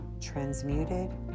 transmuted